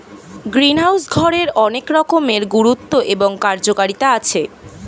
greenhouse ঘরের অনেক রকমের গুরুত্ব এবং কার্যকারিতা আছে